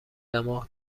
دماغ